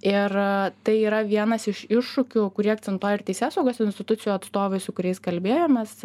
ir tai yra vienas iš iššūkių kurį akcentuoja ir teisėsaugos institucijų atstovai su kuriais kalbėjomės